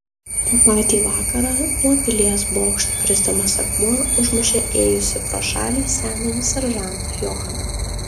tą patį vakarą nuo pilies bokšto krisdamas akmuo užmušė ėjusį pro šalį senąjį seržantą johaną